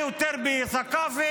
הערבית.).